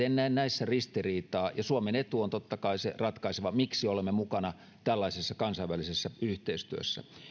en näe näissä ristiriitaa ja suomen etu on totta kai se ratkaiseva miksi olemme mukana tällaisessa kansainvälisessä yhteistyössä